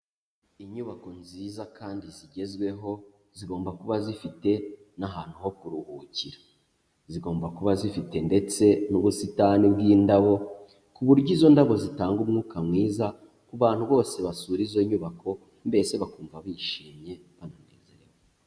Inyubako nziza kandi zigezweho, zigomba kuba zifite n'ahantu ho kuruhukira, zigomba kuba zifite ndetse n'ubusitani bw'indabo, ku buryo izo ndabo zitanga umwuka mwiza ku bantu bose basura izo nyubako, mbese bakumva bishimye banezerewe.